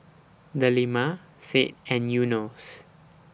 Delima Said and Yunos